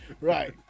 Right